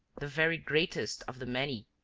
the very greatest of the many,